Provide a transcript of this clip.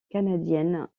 canadienne